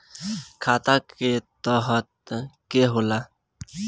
खाता क तरह के होला?